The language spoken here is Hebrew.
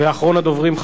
ואחרון הדוברים,